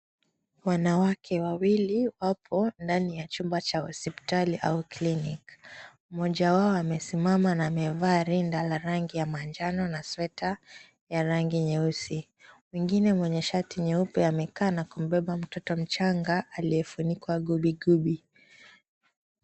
Wanawake wawili wapo ndani ya chumba cha hospitli au kliniki mmoja wao amesimama rinda la rangi ya manjani na sweater ya rangi nyeusi, mwengine mwenye shati nyeupe amejaa na kumbeba mtoto mchanga aliyefunikwa gubi gubi.